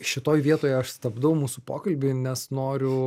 šitoj vietoje aš stabdau mūsų pokalbį nes noriu